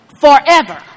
forever